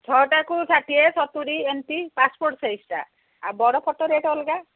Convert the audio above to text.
ଛଅଟାକୁ ଷାଠିଏ ସତୁରୀ ଏମିତି ପାସ୍ପୋର୍ଟ୍ ସାଇଜ୍ଟା ଆଉ ବଡ଼ ଫଟୋ ରେଟ୍ ଅଲଗା